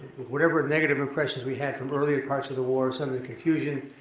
whatever negative impressions we have from earlier parts of the war, some of the confusion,